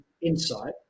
insight